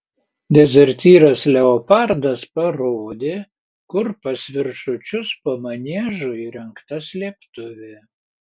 dezertyras leopardas parodė kur pas viršučius po maniežu įrengta slėptuvė